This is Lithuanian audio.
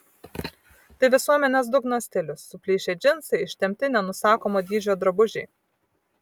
tai visuomenės dugno stilius suplyšę džinsai ištempti nenusakomo dydžio drabužiai